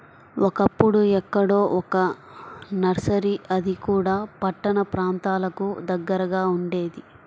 ఒకప్పుడు ఎక్కడో ఒక్క నర్సరీ అది కూడా పట్టణ ప్రాంతాలకు దగ్గరగా ఉండేది